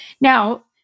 Now